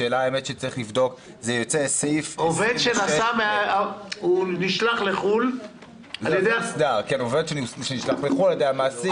עובד שנשלח לחו"ל על ידי המעסיק,